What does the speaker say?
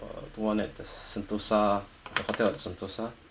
the [one] at the sentosa hotel at sentosa